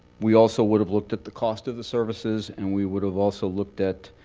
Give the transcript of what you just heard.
we also would have looked at the cost of the services. and we would have also looked at